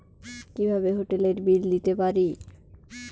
কিভাবে হোটেলের বিল দিতে পারি?